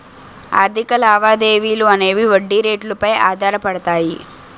ఆర్థిక లావాదేవీలు అనేవి వడ్డీ రేట్లు పై ఆధారపడతాయి